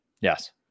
yes